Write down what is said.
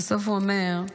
בסוף הוא אומר,